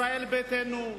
ישראל ביתנו,